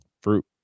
fruit